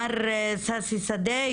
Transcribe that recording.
מר ששי שדה,